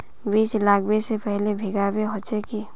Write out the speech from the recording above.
बीज लागबे से पहले भींगावे होचे की?